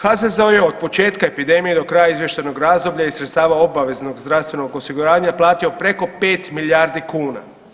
HZZO je od početka epidemije do kraja izvještajnog razdoblja iz sredstava obveznog zdravstvenog osiguranja platio preko 5 milijardi kuna.